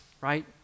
right